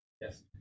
Yes